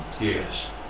Yes